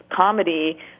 comedy